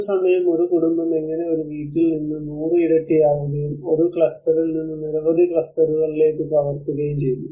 ഒരു സമയം ഒരു കുടുംബം എങ്ങനെ ഒരു വീട്ടിൽ നിന്ന് 100 ഇരട്ടി ആവുകയും ഒരു ക്ലസ്റ്ററിൽ നിന്ന് നിരവധി ക്ലസ്റ്ററുകളിലേക്ക് പകർത്തുകയും ചെയ്യുന്നു